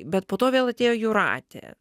bet po to vėl atėjo jūratė